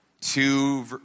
two